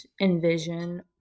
envision